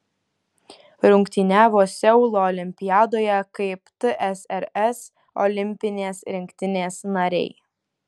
rungtyniavo seulo olimpiadoje kaip tsrs olimpinės rinktinės nariai